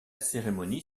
cérémonie